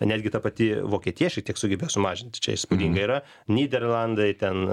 netgi ta pati vokietija šitiek sugebėjo sumažinti čia įspūdingą yra nyderlandai ten